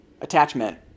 Attachment